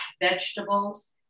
vegetables